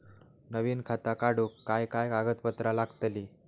नवीन खाता काढूक काय काय कागदपत्रा लागतली?